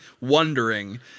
wondering